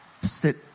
Sit